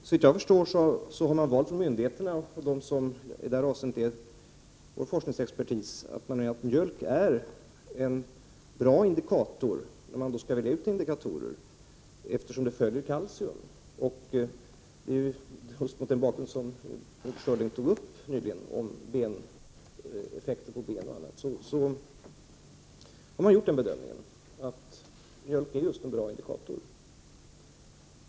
Såvitt jag förstår har man på myndigheterna, bland dem som i detta avseende utgör vår forskningsexpertis, ansett att mjölk är en bra indikator att välja, eftersom strontium följer kalcium. Just mot den bakgrund som Inger Schörling nämnde, effekterna på ben osv., har man gjort den bedömningen att mjölk är en bra indikator.